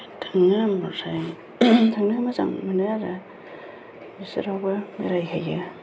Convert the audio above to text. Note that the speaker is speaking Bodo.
थाङो ओमफ्राय थांनो मोजां मोनो आरो जेरावबो बेरायहैयो